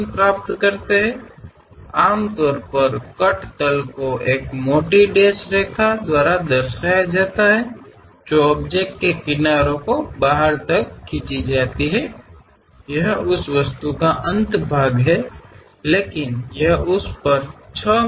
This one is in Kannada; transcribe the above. ಸಾಮಾನ್ಯವಾಗಿ ಕತ್ತರಿಸಿದ ಸಮತಲ ದಪ್ಪ ಡ್ಯಾಶ್ಡ್ ರೇಖೆಯಿಂದ ಪ್ರತಿನಿಧಿಸಲ್ಪಡುತ್ತವೆ ಅದು ವಸ್ತುವಿನ ಅಂಚನ್ನು ಮೀರಿ ವಿಸ್ತರಿಸುತ್ತದೆ ಇದು ಆ ವಸ್ತುವಿನ ಅಂಚು ಆದರೆ ಅದು 6 ಮಿ